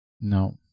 No